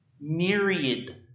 myriad